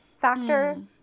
factor